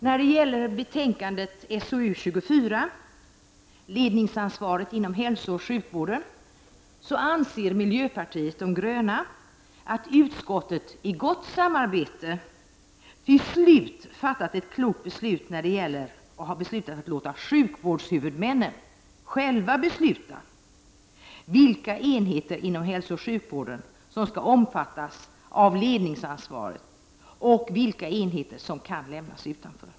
När det gäller betänkandet SoU24 om ledningsansvaret inom hälsooch sjukvården, anser miljöpartiet de gröna att utskottet i gott samarbete till slut fattat ett klokt beslut när det föreslagit att man skall låta sjukvårdshuvudmännen själva besluta vilka enheter inom hälsooch sjukvården som skall omfattas av ledningsansvaret och vilka enheter som kan lämnas utanför.